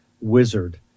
wizard